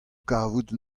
kavout